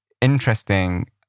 interesting